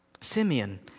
Simeon